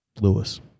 Lewis